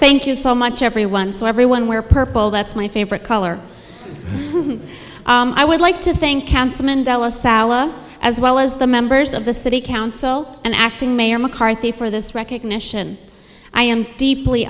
thank you so much everyone so everyone wear purple that's my favorite color i would like to thank councilman della salah as well as the members of the city council and acting mayor mccarthy for this recognition i am deeply